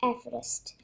Everest